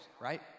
right